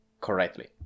correctly